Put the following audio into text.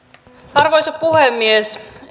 arvoisa puhemies